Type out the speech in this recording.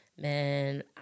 Man